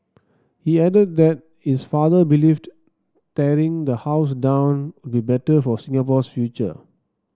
he added that his father believed tearing the house down would be better for Singapore's future